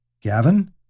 Gavin